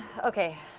okay.